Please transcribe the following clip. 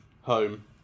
home